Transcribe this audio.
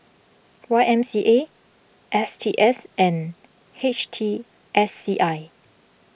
Y M C A S T S and H T S C I